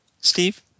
Steve